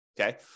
Okay